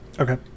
Okay